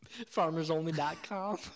Farmersonly.com